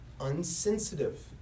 unsensitive